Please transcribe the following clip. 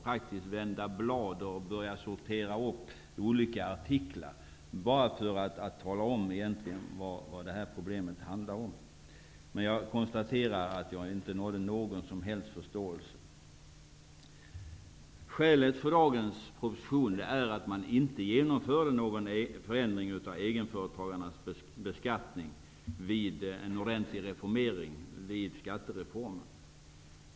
Jag vände på blad och började sortera olika artiklar. Det gjorde jag egentligen bara för att tala om vad problemet handlar om. Men jag uppnådde inte någon som helst förståelse. Bakgrunden till den proposition som vi i dag behandlar är att någon förändring av egenföretagarnas beskattning inte genomfördes i och med den ordentliga reformeringen i samband med skattereformen.